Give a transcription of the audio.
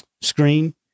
screen